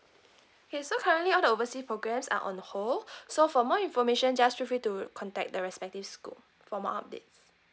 okay so currently all the oversea programmes are on hold so for more information just feel free to contact the respective school for more updates